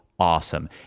awesome